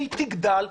והיא תגדל,